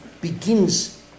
begins